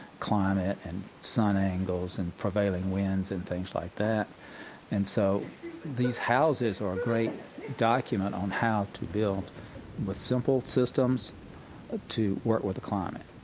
climate, and sun angles, and prevailing winds, and things like that and so these houses are a great document on how to build with simple systems to work with the climate.